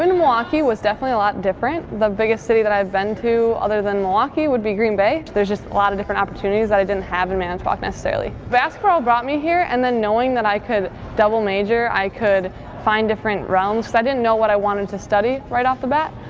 milwaukee was definitely a lot different. the biggest city that i'd been to, other than milwaukee, would be green bay. there's a lot of different opportunities that i didn't have in manitowoc, necessarily. basketball brought me here and then knowing that i could double major, i could find different realms. i didn't know what i wanted to study right off the bat,